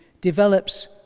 develops